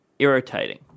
Irritating